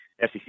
SEC